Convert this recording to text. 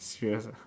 serious ah